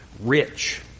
rich